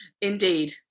Indeed